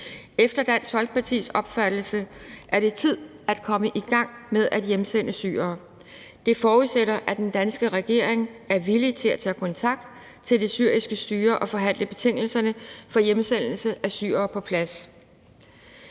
Efter Dansk Folkepartis opfattelse er det tid at komme i gang med at hjemsende syrere. Det forudsætter, at den danske regering er villig til at tage kontakt til det syriske styre og forhandle betingelserne for hjemsendelse af syrere på plads.